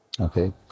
Okay